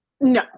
no